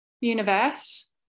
universe